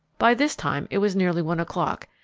by this time it was nearly one o'clock,